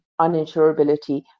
uninsurability